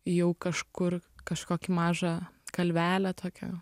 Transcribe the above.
jau kažkur kažkokį mažą kalvelę tokią